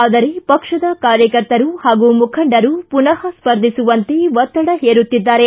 ಆದರೆ ಪಕ್ಷದ ಕಾರ್ಯಕರ್ತರು ಹಾಗೂ ಮುಖಂಡರು ಪುನಃ ಸ್ಪರ್ಧಿಸುವಂತೆ ಒತ್ತಡ ಹೇರುತ್ತಿದ್ದಾರೆ